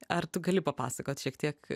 ar tu gali papasakot šiek tiek